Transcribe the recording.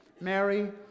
Mary